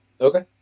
okay